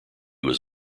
was